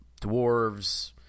dwarves